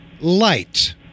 light